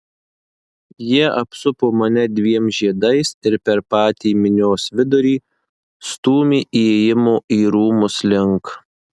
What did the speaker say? jie apsupo mane dviem žiedais ir per patį minios vidurį stūmė įėjimo į rūmus link